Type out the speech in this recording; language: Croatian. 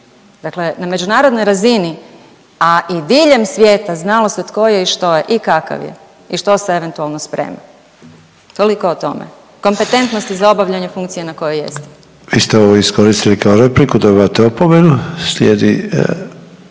Dakle, na međunarodnoj razini, a i diljem svijeta znalo se tko je i što je i kakav je i što se eventualno sprema. Toliko o tome kompetentnosti za obavljanje funkcije na kojoj jeste. **Sanader, Ante (HDZ)** Vi ste ovo iskoristili kao repliku, dobivate opomenu. Slijedi